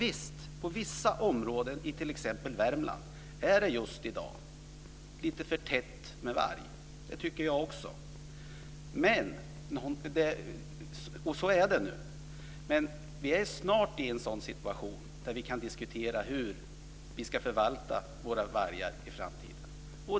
Visst är det inom vissa områden, som t.ex. i Värmland, just i dag lite för tätt med varg - det tycker också jag - men vi är snart i en situation där vi kan diskutera hur vi ska förvalta våra vargar i framtiden.